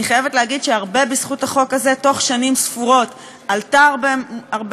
אני חייבת להגיד שהרבה בזכות החוק הזה בתוך שנים ספורות עלתה בהרבה